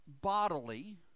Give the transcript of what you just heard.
bodily